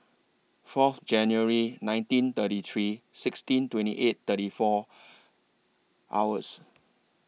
Fourth January nineteen thirty three sixteen twenty eight thirty four hours